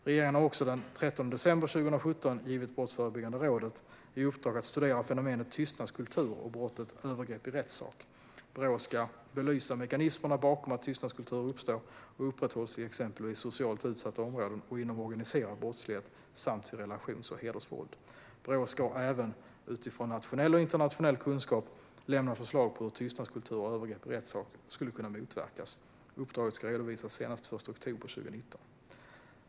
Regeringen har också den 13 december 2017 givit Brottsförebyggande rådet i uppdrag att studera fenomenet tystnadskultur och brottet övergrepp i rättssak. Brå ska belysa mekanismerna bakom att tystnadskulturer uppstår och upprätthålls i exempelvis socialt utsatta områden och inom organiserad brottslighet samt vid relations och hedersvåld. Brå ska även, utifrån nationell och internationell kunskap, lämna förslag på hur tystnadskulturer och övergrepp i rättssak skulle kunna motverkas. Uppdraget ska redovisas senast den 1 oktober 2019.